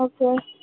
okay